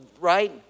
Right